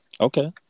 Okay